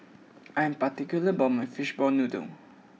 I am particular about my Fishball Noodle